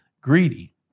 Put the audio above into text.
greedy